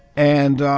and,